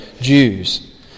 Jews